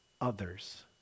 others